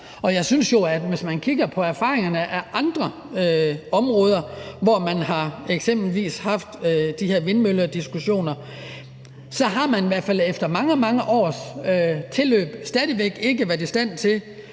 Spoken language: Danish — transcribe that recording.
Og jeg synes jo, at vi, hvis vi kigger på erfaringerne, kan se andre områder, hvor man eksempelvis har haft de her vindmøllediskussioner. Så har man i hvert fald efter mange, mange års tilløb stadig væk ikke været i stand til